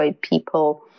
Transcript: people